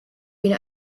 been